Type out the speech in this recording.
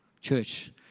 Church